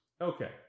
Okay